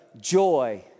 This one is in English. joy